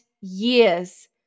years